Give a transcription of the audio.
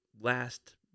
last